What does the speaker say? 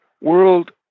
World